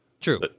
True